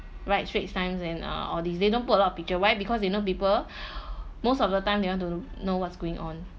right straits times and uh all these they don't put a lot of picture why because they know people most of the time you want to know what's going on